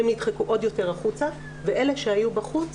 הן נדחקו עוד יותר החוצה ואלה שהיו בחוץ